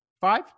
five